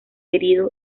herido